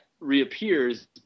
reappears